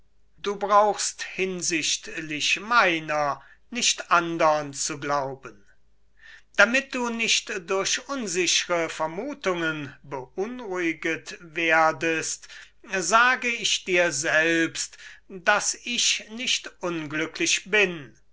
du brauchst hinsichtlich meiner nicht andern zu glauben damit du nicht durch unsichre vermuthungen beunruhigt werdest sage ich dir selbst daß ich nicht unglücklich bin